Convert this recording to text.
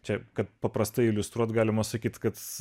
čia kaip paprastai iliustruoti galima sakyti kad